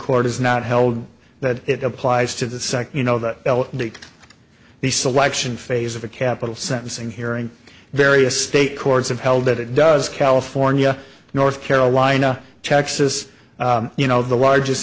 court has not held that it applies to the sec you know that dick the selection phase of a capital sentencing hearing various state courts have held that it does california north carolina texas you know the largest